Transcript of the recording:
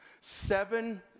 seven